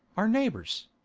our neighbours.